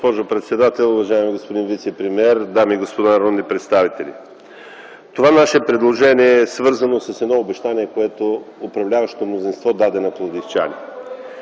госпожо председател, уважаеми господин вицепремиер, дами и господа народни представители! Това наше предложение е свързано с едно обещание, което управляващото мнозинство даде на пловдивчани.